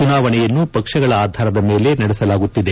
ಚುನಾವಣೆಯನ್ನು ಪಕ್ಷಗಳ ಆಧಾರದ ಮೇಲೆ ನಡೆಸಲಾಗುತ್ತಿದೆ